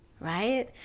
Right